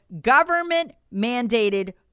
government-mandated